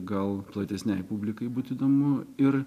gal platesnei publikai būtų įdomu ir